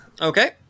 Okay